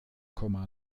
komma